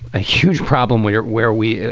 a huge problem. we're where we are,